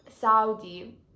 saudi